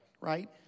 Right